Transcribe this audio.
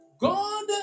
God